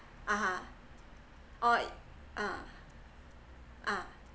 (uh huh) oh ah ah